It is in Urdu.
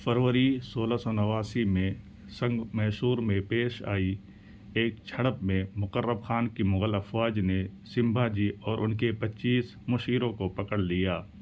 فروری سولہ سو نواسی میں سنگمیسور میں پیش آئی ایک جھڑپ میں مقرب خان کی مغل افواج نے سمبھاجی اور ان کے پچیس مشیروں کو پکڑ لیا